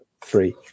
three